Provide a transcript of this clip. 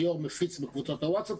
והיושב-ראש מפיץ בקבוצות ה-WhatsApp,